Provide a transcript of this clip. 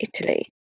Italy